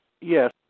Yes